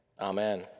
amen